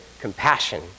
compassion